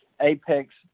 apex